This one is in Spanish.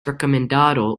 recomendado